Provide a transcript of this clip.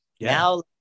Now